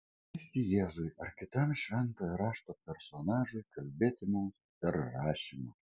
leisti jėzui ar kitam šventojo rašto personažui kalbėti mums per rašymą